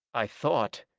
i thought,